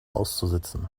auszusitzen